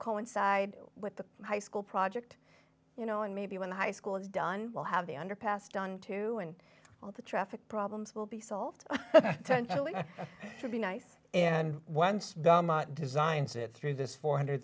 coincide with the high school project you know and maybe when the high school is done we'll have the underpass done too and all the traffic problems will be solved should be nice and once the designs it through this four hundred